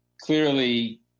clearly